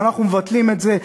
אנחנו מבטלים את זה,